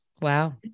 Wow